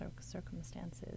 circumstances